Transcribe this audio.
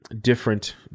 different